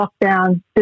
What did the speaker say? lockdown